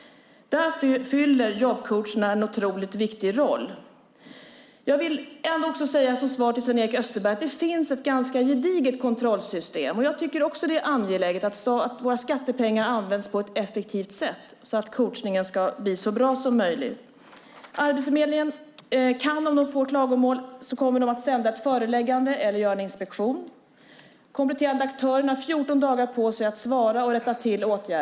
Där fyller jobbcoacherna en otroligt viktig roll. Som svar till Sven-Erik Österberg vill jag säga att det finns ett ganska gediget kontrollsystem. Även jag tycker att det är angeläget att våra skattepengar används på ett effektivt sätt, så att coachningen blir så bra som möjligt. Om Arbetsförmedlingen får klagomål kommer de att skicka ut ett föreläggande eller göra en inspektion. De kompletterande aktörerna har 14 dagar på sig att svara och rätta till.